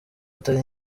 atari